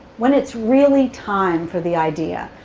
when it's really time for the idea,